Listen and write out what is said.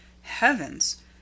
Heavens